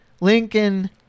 Lincoln